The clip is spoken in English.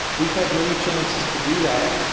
we've had many chances to do that.